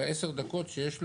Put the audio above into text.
בעשר דקות שיש לו,